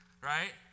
right